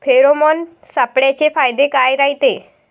Pheromone सापळ्याचे फायदे काय रायते?